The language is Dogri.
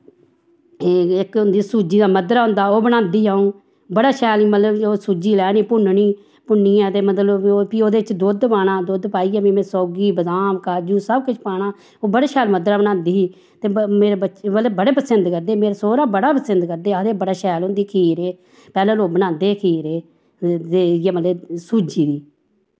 इक होंदा सूज्जी दा मद्धरा होंदा ओह् बनांदी अऊं बड़ा शैल मतलव सूज्जी लैनी भुन्नी भुन्नियै ते मतलव फ्ही ओह्दै च दुध्द पाना दुध्द पाइयै फ्ही में सौग्गी बदाम काजू सब किश पाना बड़ा शैल मद्धरा बनांदी ही ते मेरे बच्चे मतलव बड़ा पसिंद करदे मेरा सौह्रा बड़ा पसिंद करदे आखदे बड़ा शैल होंदी खीर एह् पैह्लैं लोग बनांदे खीर एह् इयै मतलव सूज्जी दी